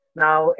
now